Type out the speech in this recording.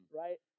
right